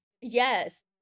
yes